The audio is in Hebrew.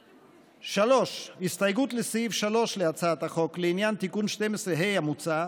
3. הסתייגות לסעיף 3 להצעת החוק לעניין תיקון 12ה המוצע,